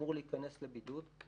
אמור להיכנס לבידוד.